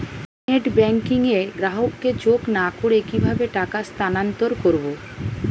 Net banking এ গ্রাহককে যোগ না করে কিভাবে টাকা স্থানান্তর করব?